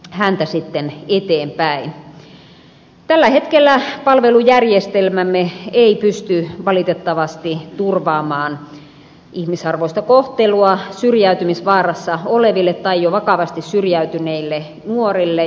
tällä hetkellä palvelujärjestelmämme ei pysty valitettavasti turvaamaan ihmisarvoista kohtelua syrjäytymisvaarassa oleville tai jo vakavasti syrjäytyneille nuorille